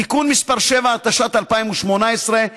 (תיקון מס' 7), התשע"ט 2018,